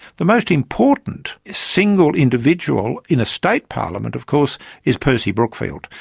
the most important single individual in a state parliament of course is percy brookfield,